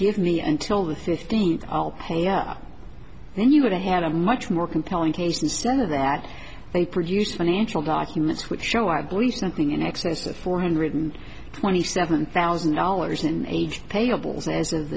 give me until the fifteenth i'll pay up then you would have had a much more compelling case and soon that they produce financial documents which show i believe something in excess of four hundred and twenty seven thousand dollars in age payables as